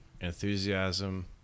enthusiasm